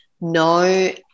no